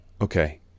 okay